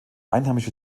einheimische